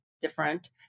different